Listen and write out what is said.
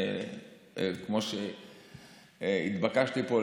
כפי שהתבקשתי פה,